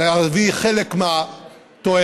להביא חלק מהתועלת,